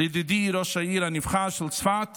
לידידי ראש העיר הנבחר של צפת